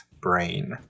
brain